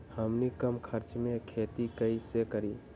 हमनी कम खर्च मे खेती कई से करी?